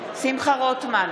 שמחה רוטמן,